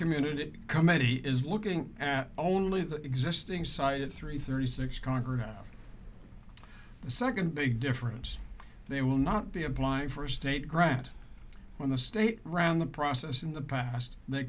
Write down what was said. community committee is looking at only the existing site at three thirty six conqueror the second big difference they will not be applying for a state grant when the state ran the process in the past they